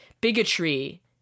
bigotry